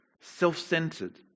self-centered